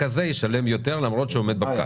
הזה ישלם יותר למרות שהוא עומד בפקק.